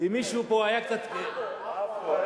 אם מישהו פה היה קצת, עפו.